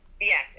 Yes